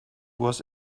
was